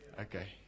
Okay